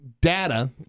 data